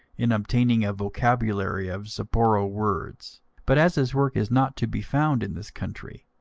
in obtaining a vocabulary of zaparo words but, as his work is not to be found in this country,